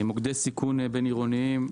מוקדי סיכון בין עירוניים,